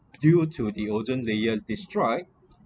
due to the ozone layer destroyed